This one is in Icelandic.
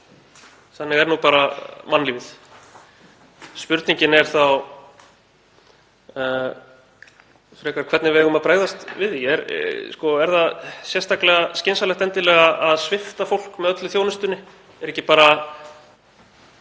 Þannig er bara mannlífið. Spurningin er þá frekar hvernig við eigum að bregðast við því. Er það sérstaklega skynsamlegt endilega að svipta fólk með öllu þjónustunni? Eru ekki bara